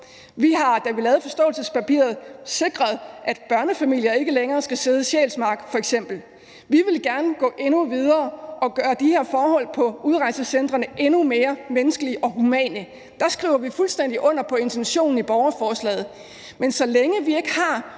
Vi har, da vi lavede forståelsespapiret, sikret, at børnefamilier ikke længere skal sidde i f.eks. Sjælsmark, og vi ville gerne gå endnu videre og gøre de her forhold på udrejsecentrene endnu mere menneskelige og humane. Der skriver vi fuldstændig under på intentionen i borgerforslaget, men så længe vi ikke har